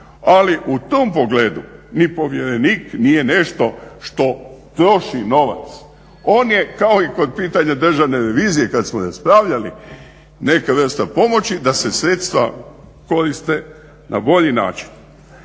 Ali u tom pogledu ni povjerenik nije nešto što troši novac, on je kao i kod pitanja državne revizije kad smo raspravljali, neke vrste pomoći da se sredstva koriste na bolji način.